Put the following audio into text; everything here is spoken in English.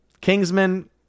Kingsman